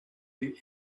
the